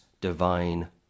divine